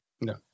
No